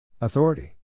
Authority